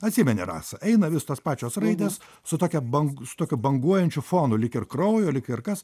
atsimeni rasa eina vis tos pačios raidės su tokia bankus su tokiu banguojančiu fonu lyg ir kraujo lyg ir kas